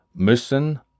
müssen